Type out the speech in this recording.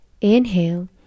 inhale